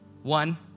One